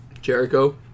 Jericho